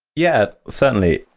yeah, certainly.